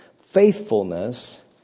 faithfulness